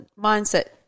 mindset